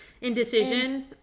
indecision